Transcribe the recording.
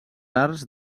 arts